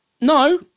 no